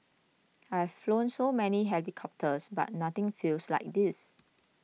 I've flown so many helicopters but nothing feels like this